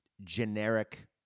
generic